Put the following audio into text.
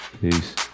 Peace